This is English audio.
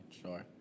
Sure